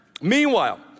Meanwhile